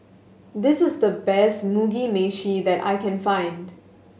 this is the best Mugi Meshi that I can find